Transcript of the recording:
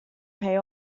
pay